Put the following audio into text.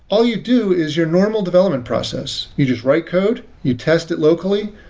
all you do is your normal development process, you just write code, you test it locally,